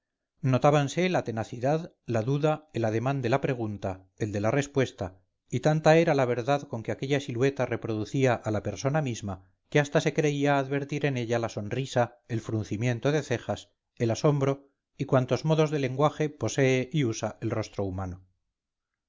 fuertes notábanse la tenacidad la duda el ademán de la pregunta el de la respuesta y tanta era la verdad con que aquella silueta reproducía a la persona misma que hasta se creía advertir en ella la sonrisa el fruncimiento de cejas el asombro y cuantos modos de lenguaje posee y usa el rostro humano